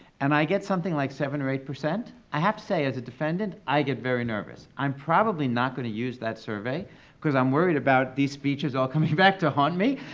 and i get something like seven or eight, i have to say, as a defendant, i get very nervous. i'm probably not gonna use that survey cause i'm worried about these speeches all coming back to haunt me,